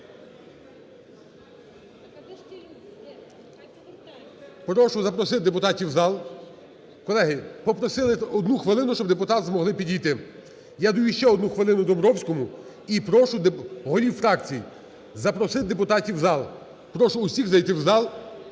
Прошу запросити депутатів в зал. Колеги, попросили одну хвилину, щоб депутати змогли підійти. Я даю ще одну хвилину Домбровському. І прошу голів фракцій запросити депутатів в зал. Прошу усіх зайти в зал,